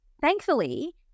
thankfully